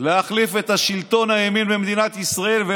להחליף את שלטון הימין במדינת ישראל במערכות הבחירות,